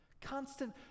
Constant